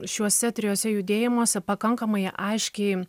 šiuose trijuose judėjimuose pakankamai aiškiai